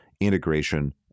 integration